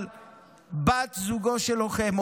אבל בת זוגו של לוחם,